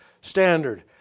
standard